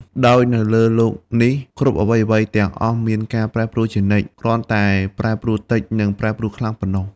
ដោយនៅលើលោកនេះគ្រប់អ្វីៗទាំងអស់មានការប្រែប្រួលជានិច្ច គ្រាន់តែប្រែប្រួលតិច និងប្រែប្រួលខ្លាំងប៉ុណ្តោះ។